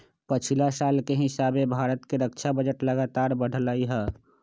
पछिला साल के हिसाबे भारत के रक्षा बजट लगातार बढ़लइ ह